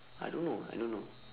I don't know I don't know